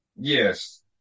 Yes